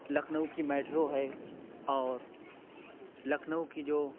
لکھنئو کی میٹرو ہے اور لکھنئو کی جو